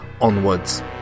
onwards